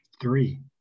Three